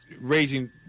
raising